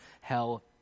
hell